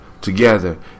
together